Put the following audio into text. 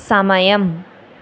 సమయం